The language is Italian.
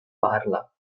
parla